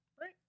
right